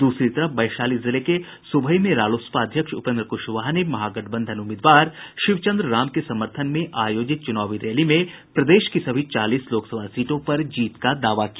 द्रसरी तरफ वैशाली जिले के सुभई में रालोसपा अध्यक्ष उपेन्द्र कुशवाहा ने महागठबंधन उम्मीदवार शिवचंद्र राम के समर्थन में आयोजित चुनावी रैली में प्रदेश की सभी चालीस लोकसभा सीटों पर जीत का दावा किया